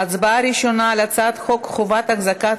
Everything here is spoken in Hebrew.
ההצבעה הראשונה על הצעת חוק חובת החזקת